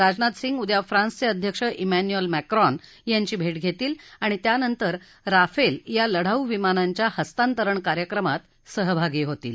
राजनाथ सिंग उद्या फ्रान्सचे अध्यक्ष मेख्रिएल मर्क्रीन यांची भेट घेतील आणि त्यानंतर राफेल या लढाऊ विमानांच्या हस्तांतरण कार्यक्रमात सहभागी होतील